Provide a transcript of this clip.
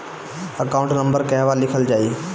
Account number कहवा लिखल जाइ?